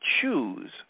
choose